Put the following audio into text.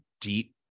deep